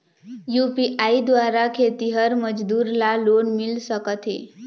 UPI द्वारा खेतीहर मजदूर ला लोन मिल सकथे?